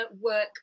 work